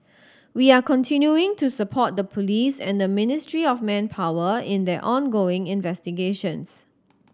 we are continuing to support the police and the Ministry of Manpower in their ongoing investigations